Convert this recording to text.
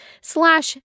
slash